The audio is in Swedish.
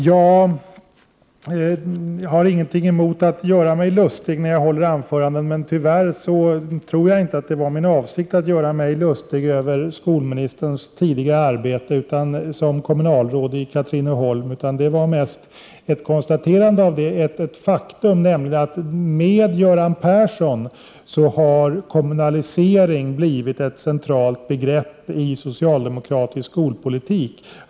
Jag har ingenting emot att göra mig lustig när jag håller anföranden, men tyvärr tror jag inte att det var min avsikt att göra mig lustig över skolministerns tidigare arbete som kommunalråd i Katrineholm. Det var mest ett konstaterande av det faktum att med Göran Persson har kommunaliseringen blivit ett centralt begrepp i socialdemokratisk skolpolitik.